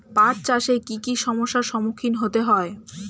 পাঠ চাষে কী কী সমস্যার সম্মুখীন হতে হয়?